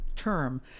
term